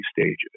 stages